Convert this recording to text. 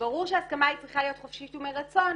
ברור שההסכמה צריכה להיות חופשית ומרצון,